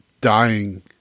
dying